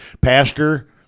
Pastor